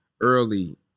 early